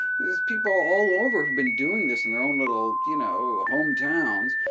there's people all over who've been doing this in their own little, you know, home towns,